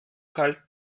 kalt